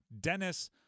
dennis